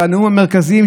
בנאום המרכזי,